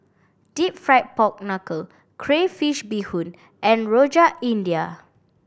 Deep Fried Pork Knuckle crayfish beehoon and Rojak India